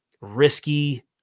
risky